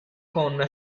con